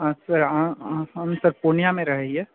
हँ सर हँ सर हम तऽ पूर्णियामे रहए हीए